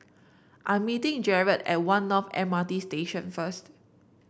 I'm meeting Jared at One North M R T Station first